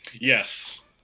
Yes